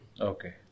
Okay